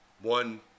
One